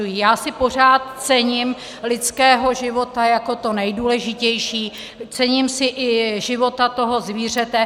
Já si pořád cením lidského života jako toho nejdůležitějšího, cením si i života toho zvířete.